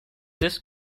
this